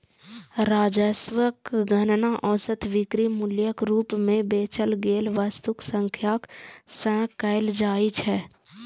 राजस्वक गणना औसत बिक्री मूल्यक रूप मे बेचल गेल वस्तुक संख्याक सं कैल जाइ छै